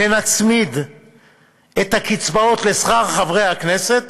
ונצמיד את הקצבאות לשכר חברי הכנסת,